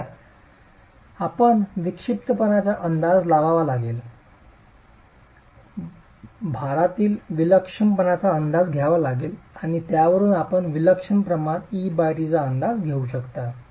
बरोबर आहे आपण विक्षिप्तपणाचा अंदाज लावावा लागेल भारातील विलक्षणपणाचा अंदाज घ्यावा लागेल आणि त्यावरून आपण विलक्षण प्रमाण et चा अंदाज घेऊ शकता